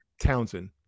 Townsend